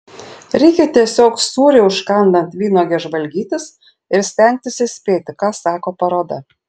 reikia tiesiog sūrį užkandant vynuoge žvalgytis ir stengtis įspėti ką sako paroda